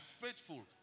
faithful